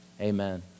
Amen